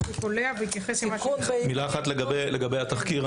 מילה אחת לגבי התחקיר,